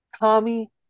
tommy